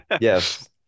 Yes